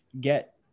get